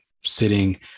sitting